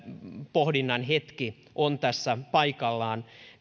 pohdinnan hetki on tässä paikallaan